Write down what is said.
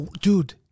dude